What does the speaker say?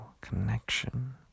connection